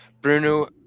Bruno